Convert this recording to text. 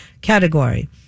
category